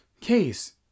case